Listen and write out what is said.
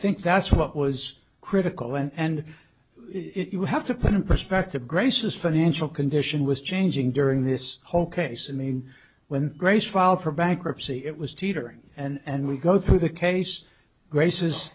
think that's what was critical and it would have to put in perspective grace's financial condition was changing during this whole case and mean when grace filed for bankruptcy it was teetering and we go through the case grace